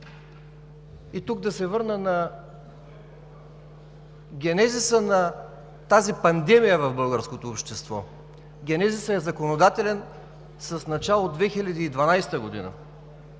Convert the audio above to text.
И тук да се върна на генезиса на тази пандемия в българското общество. Генезисът е законодателен с начало през 2012 г.,